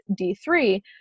D3